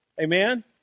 Amen